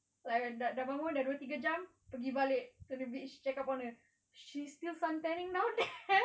like dah dah bangun dah dua tiga jam pergi balik to the beach check up on her she still sun tanning down there